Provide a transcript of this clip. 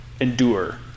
endure